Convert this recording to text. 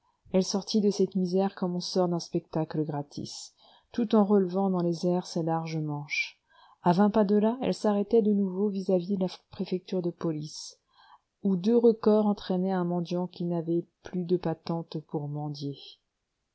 elle sortit de cette misère comme on sort d'un spectacle gratis tout en relevant dans les airs ses larges manches à vingt pas de là elle s'arrêtait de nouveau vis-à-vis la préfecture de police où deux recors entraînaient un mendiant qui n'avait plus de patente